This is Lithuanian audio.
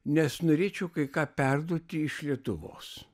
nes norėčiau kai ką perduoti iš lietuvos